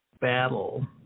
battle